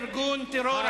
הוא חבר בארגון טרור,